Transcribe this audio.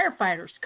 firefighters